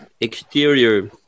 exterior